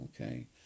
okay